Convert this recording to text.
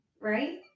right